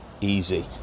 easy